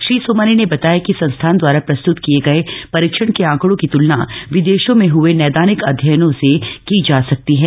श्री सोमानी ने बताया कि संस्थान द्वारा प्रस्तुत किये गये परीक्षण के आंकड़ों की तुलना विदेशों में हए नैदानिक अध्ययनों से की जा सकती है